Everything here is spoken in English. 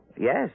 Yes